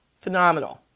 Phenomenal